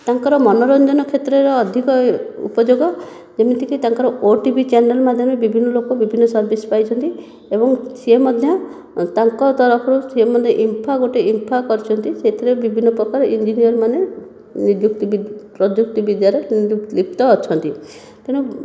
ତାଙ୍କର ମନୋରଞ୍ଜନ କ୍ଷେତ୍ରରେ ଅଧିକ ଉପଯୋଗ ଯେମିତିକି ତାଙ୍କର ଓଟିଭି ଚ୍ୟାନେଲ ମାଧ୍ୟମରେ ବିଭିନ୍ନ ଲୋକ ବିଭିନ୍ନ ସର୍ଭିସ ପାଇଛନ୍ତି ଏବଂ ସିଏ ମଧ୍ୟ ତାଙ୍କ ତରଫରୁ ସିଏ ମଧ୍ୟ ଇମ୍ଫା ଗୋଟିଏ ଇମ୍ଫା କରିଛନ୍ତି ସେଥିରେ ବିଭିନ୍ନ ପ୍ରକାର ଇଞ୍ଜିନିୟର ମାନେ ନିଯୁକ୍ତି ବି ପ୍ରଯୁକ୍ତି ବିଦ୍ୟାରେ ଲିପ୍ତ ଅଛନ୍ତି ତେଣୁ